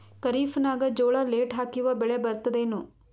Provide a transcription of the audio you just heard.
ಖರೀಫ್ ನಾಗ ಜೋಳ ಲೇಟ್ ಹಾಕಿವ ಬೆಳೆ ಬರತದ ಏನು?